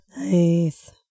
Nice